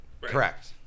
Correct